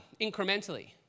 incrementally